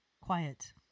quiet